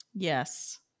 Yes